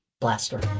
blaster